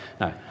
No